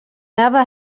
never